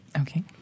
Okay